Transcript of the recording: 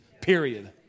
Period